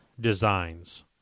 designs